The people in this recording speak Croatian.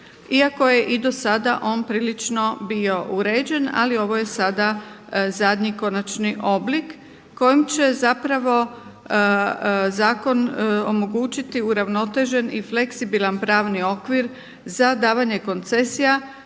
iako je i do sada on prilično bio uređen, ali ovo je sada zadnji konačni oblik kojim će zapravo zakon omogućiti uravnotežen i fleksibilan pravni okvir za davanje koncesija,